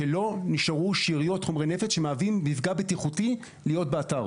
שלא נשארו שאריות חומרי נפץ שמהווים מפגע בטיחותי להיות באתר.